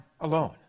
alone